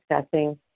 discussing